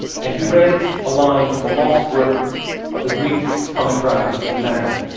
and he read a line from a lost work of the greek comic dramatist menander.